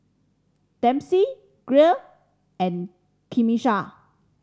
Dempsey Gia and Camisha